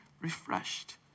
refreshed